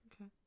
okay